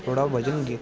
ਥੋੜ੍ਹਾ ਵਜ਼ਨ ਗ